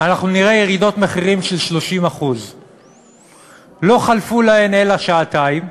אנחנו נראה ירידות מחירים של 30%. לא חלפו להן אלא שעתיים,